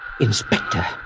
inspector